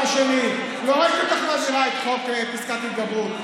לפחות תתעסקו בקורונה.